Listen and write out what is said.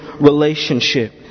relationship